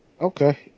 Okay